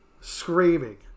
Screaming